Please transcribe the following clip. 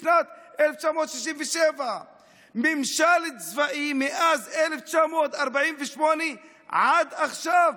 משנת 1967. ממשל צבאי מאז 1948 עד עכשיו.